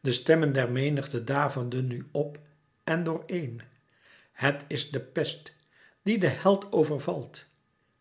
de stemmen der menigte daverden nu op en door een het is de pest die den held overvalt